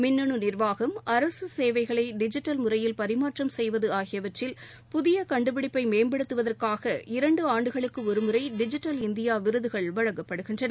மின்னனு நிர்வாகம் அரசு சேவைகளை டிஜிட்டல் முறையில் பரிமாற்றம் செய்வது ஆகியவற்றில் புதிய கண்டுபிடிப்பை மேம்படுத்துவதற்காக இரண்டு ஆண்டுகளுக்கு ஒருமுறை டிஜிட்டல் இந்தியா விருதுகள் வழங்கப்படுகின்றன